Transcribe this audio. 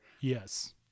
Yes